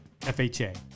FHA